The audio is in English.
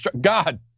God